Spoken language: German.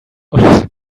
und